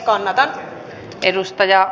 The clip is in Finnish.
arvoisa puhemies